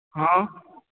हॅं